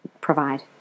provide